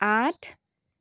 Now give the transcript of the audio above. আঠ